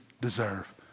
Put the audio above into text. deserve